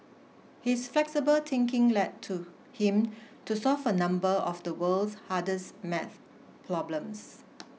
his flexible thinking led to him to solve a number of the world's hardest math problems